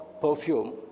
perfume